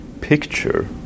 picture